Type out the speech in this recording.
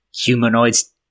humanoids